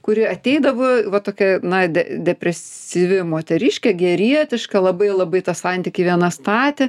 kuri ateidavo va tokia na de depresyvi moteriškė gėrietiška labai labai tą santykį viena statė